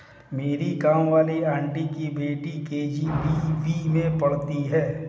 मेरी काम वाली आंटी की बेटी के.जी.बी.वी में ही पढ़ती है